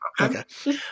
okay